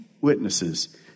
witnesses